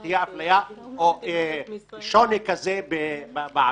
שתהיה אפליה או שוני כזה בעבירה?